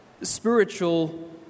spiritual